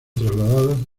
trasladados